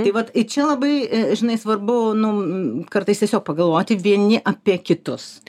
tai vat čia labai žinai svarbu nu kartais tiesiog pagalvoti vieni apie kitus